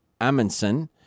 Amundsen